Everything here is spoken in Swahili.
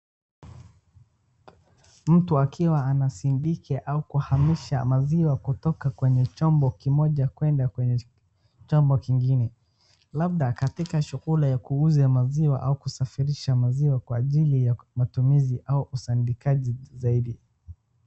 Mtu akiwa anasindiki au kuhamisha maziwa kutoka kwenye chombo kimoja kueda kwenye chombo kingine, labda katika shughuli ya kuuza maziwa au kusafirisha maziwa kwa ajili ya matumizi au usandikaji zaidi.